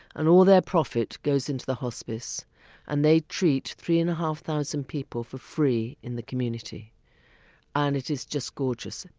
and all their profit goes into the hospice and they treat three and a half thousand people for free in the community and it is just gorgeous.